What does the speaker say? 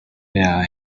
that